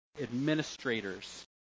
administrators